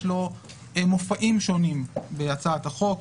יש לו מופעים שונים בהצעת החוק,